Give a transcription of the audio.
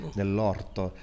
dell'orto